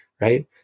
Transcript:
right